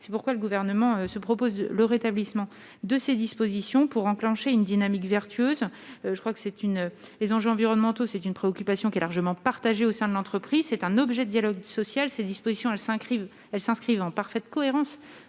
c'est pourquoi le gouvernement se propose le rétablissement de ces dispositions pour enclencher une dynamique vertueuse, je crois que c'est une les enjeux environnementaux, c'est une préoccupation qui est largement partagée au sein de l'entreprise, c'est un objet de dialogue social, ces dispositions à 5 rive, elles s'inscrivent en parfaite cohérence